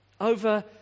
Over